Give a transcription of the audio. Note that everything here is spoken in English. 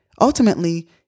Ultimately